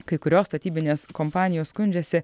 kai kurios statybinės kompanijos skundžiasi